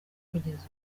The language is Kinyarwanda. kugeza